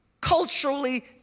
culturally